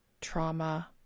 trauma